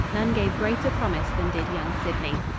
none gave greater promise than did young sidney.